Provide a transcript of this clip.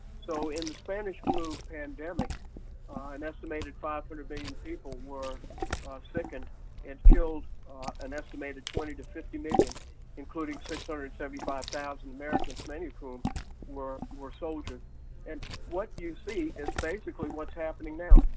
so in the spanish flu pandemic an estimated five hundred million people were sickened and killed an estimated twenty to fifty million including six hundred and seventy five thousand americans, many of whom were more soldiers and what you see is basically what's happening now.